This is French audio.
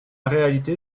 réalité